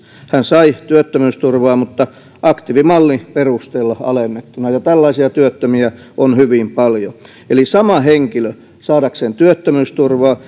sai työttömyysturvaa mutta aktiivimallin perusteella alennettuna tällaisia työttömiä on hyvin paljon eli sama henkilö saadakseen työttömyysturvaa